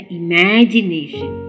imagination